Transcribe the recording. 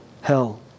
hell